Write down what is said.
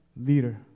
leader